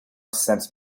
sent